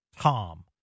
Tom